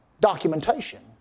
documentation